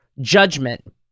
judgment